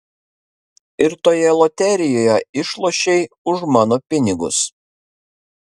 ir toje loterijoje išlošei už mano pinigus